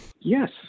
Yes